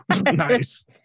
Nice